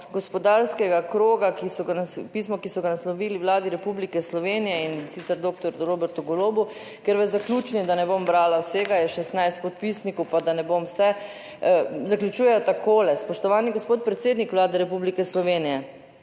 so ga, na pismo, ki so ga naslovili Vladi Republike Slovenije, in sicer doktorju Robertu Golobu, ker v zaključni, da ne bom brala vsega, je 16 podpisnikov, pa da ne bom vse zaključujejo takole: "…Spoštovani gospod predsednik Vlade Republike Slovenije,